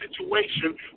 situation